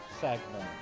segment